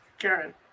Karen